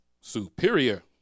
superior